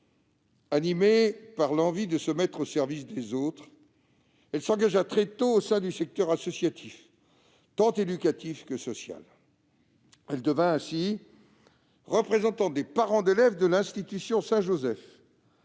Animée par l'envie de se mettre au service des autres, elle s'engagea très tôt au sein du secteur associatif, tant éducatif que social. Ainsi, elle devint représentante des parents d'élèves de l'institution Saint-Joseph,